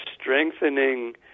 strengthening